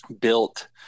built